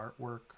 artwork